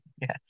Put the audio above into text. Yes